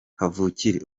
kavukire